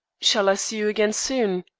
shall i see you again soon?